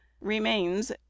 remains